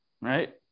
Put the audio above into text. Right